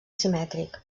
simètric